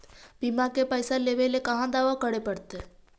बिमा के पैसा लेबे ल कहा दावा करे पड़तै?